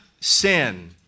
sin